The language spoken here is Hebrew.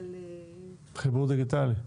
חיבור דיגיטלי.